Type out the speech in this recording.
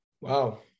Wow